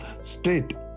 state